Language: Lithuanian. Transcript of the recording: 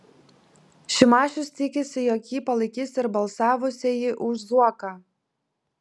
šimašius tikisi jog jį palaikys ir balsavusieji už zuoką